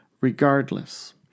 Regardless